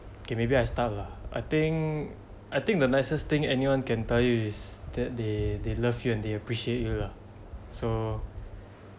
okay maybe I start lah I think I think the nicest thing anyone can tell you is that they they love you and they appreciate you lah so